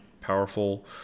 powerful